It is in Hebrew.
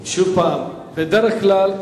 שוב: בדרך כלל,